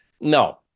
no